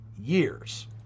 years